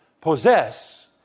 possess